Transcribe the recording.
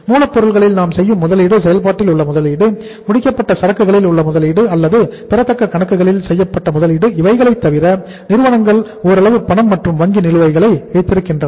மூலப் பொருளில் நாம் செய்யும் முதலீடு செயல்பாட்டில் உள்ள முதலீடு முடிக்கப்பட்ட சரக்குகளில் உள்ள முதலீடு அல்லது பெறத்தக்க கணக்குகளில் செய்யப்பட்ட முதலீடு இவைகளைத் தவிர நிறுவனங்கள் ஓரளவு பணம் மற்றும் வங்கி நிலுவைகள் வைத்திருக்கின்றன